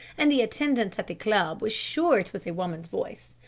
and the attendant at the club was sure it was a woman's voice.